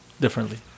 differently